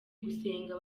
gusenga